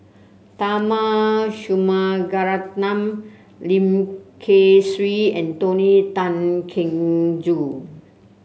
Tharman Shanmugaratnam Lim Kay Siu and Tony Tan Keng Joo